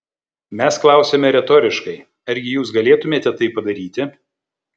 mes klausiame retoriškai argi jus galėtumėte tai padaryti